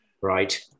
Right